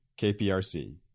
KPRC